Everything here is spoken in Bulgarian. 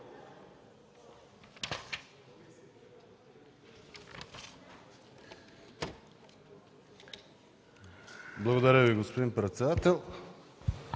Благодаря Ви, господин председател.